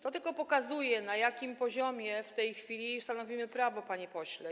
To tylko pokazuje, na jakim poziomie w tej chwili stanowimy prawo, panie pośle.